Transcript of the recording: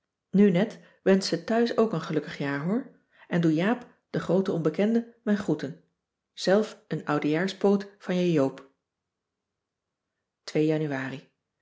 net wensch ze thuis ook een gelukkig jaar hoor en doe jaap de groote onbekende mijn groeten zelf een oudejaarspoot van je oop anuari